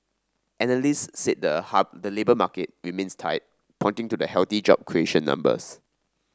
analysts said the labour market remains tight pointing to the healthy job creation numbers